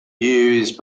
used